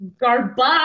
garbage